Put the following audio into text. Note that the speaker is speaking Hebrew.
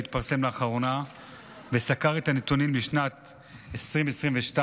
שהתפרסם לאחרונה וסקר את הנתונים לשנת 2022,